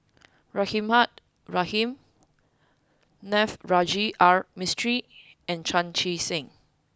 Rahimah Rahim Navroji R Mistri and Chan Chee Seng